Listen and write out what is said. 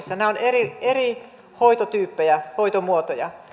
nämä ovat eri hoitotyyppejä ja hoitomuotoja